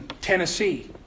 Tennessee